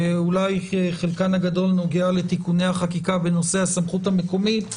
שאולי חלקן הגדול נוגע לתיקוני החקיקה בנושא הסמכות המקומית,